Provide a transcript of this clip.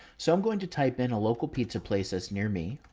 so i'm going to type in a local pizza places near me,